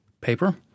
paper